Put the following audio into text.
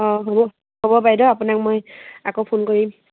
অঁ হ'ব হ'ব বাইদেউ আপোনাক মই আকৌ ফোন কৰিম